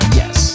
yes